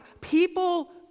people